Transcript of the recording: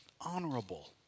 honorable